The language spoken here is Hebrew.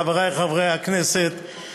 חברי חברי הכנסת,